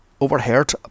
overheard